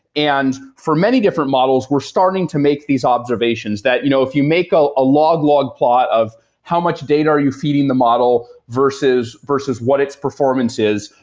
and for many different models, we're starting to make these observations that you know if you make ah a log-log plot of how much data are you feeding the model versus versus what its performance is,